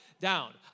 down